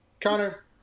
Connor